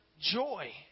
joy